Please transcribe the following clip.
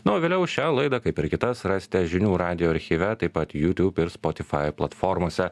na o vėliau šią laidą kaip ir kitas rasite žinių radijo archyve taip pat jutiūb ir spotifai platformose